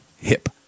hip